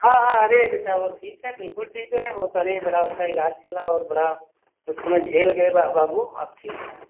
हाँ हाँ अरे बेटा वह ठीक है बिल्कुल ठीक हैं वह तो अरे बड़ा उसका इलाज चला और बड़ा उस समय झेल गए वह बाबू अब ठीक हैं